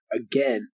again